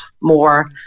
more